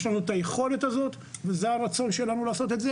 יש לנו את היכולת הזו וזה הרצון שלנו לעשות את זה,